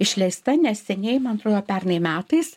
išleista neseniai man atrodo pernai metais